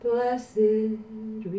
Blessed